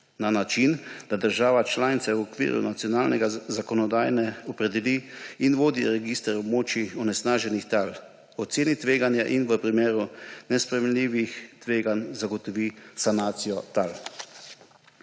na način, da država članica v okviru nacionalne zakonodaje opredeli in vodi register območij onesnaženih tal, oceni tveganje in v primeru nesprejemljivih tveganj zagotovi sanacijo tal.